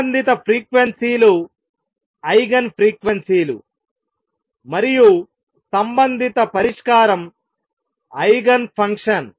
సంబంధిత ఫ్రీక్వెన్సీ లు eigen frequency లు మరియు సంబంధిత పరిష్కారం ఐగెన్ ఫంక్షన్